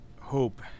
Hope